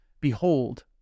Behold